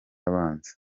abanza